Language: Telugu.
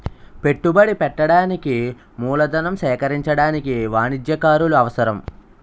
పెట్టుబడి పెట్టడానికి మూలధనం సేకరించడానికి వాణిజ్యకారులు అవసరం